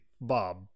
bob